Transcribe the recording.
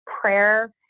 prayer